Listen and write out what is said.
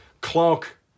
Clark